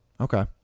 okay